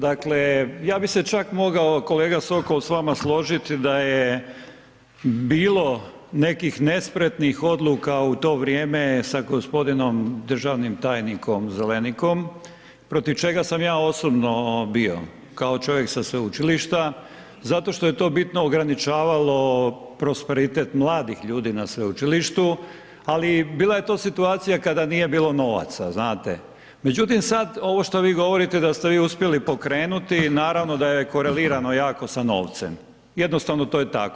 Dakle, ja bi se čak mogao kolega Sokol s vama složiti da je bilo nekih nespretnih odluka u to vrijeme da g. državnim tajnikom Zelenikom protiv čega sam ja osobno bio kao čovjek sa sveučilišta zato što je to bitno ograničavalo prosperitet mladih ljudi na sveučilištu ali bila je to situacija kada nije novaca, znate, međutim sad ovo što vi govorite da ste vi uspjeli pokrenuti, naravno da je korelirano jako sa novcem, jednostavno to je tako.